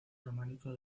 románico